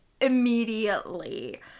immediately